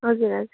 हजुर हजुर